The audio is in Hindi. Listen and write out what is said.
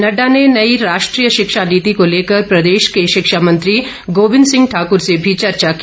नड्डा ने नई राष्ट्रीय शिक्षा नीति को लेकर प्रदेश के शिक्षा मंत्री गोबिंद सिंह ठाकुर से भी चर्चा की